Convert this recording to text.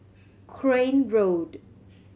Crane Road